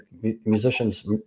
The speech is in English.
musicians